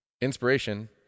Inspiration